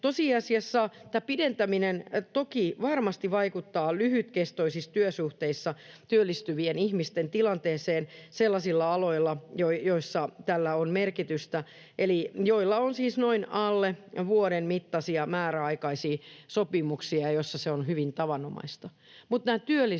Tosiasiassa tämä pidentäminen toki varmasti vaikuttaa lyhytkestoisissa työsuhteissa työllistyvien ihmisten tilanteeseen sellaisilla aloilla, joille tällä on merkitystä eli joilla on siis noin alle vuoden mittaisia määräaikaisia sopimuksia ja joilla se on hyvin tavanomaista,